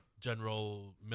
General